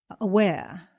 aware